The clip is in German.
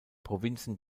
provinzen